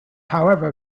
however